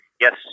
Yes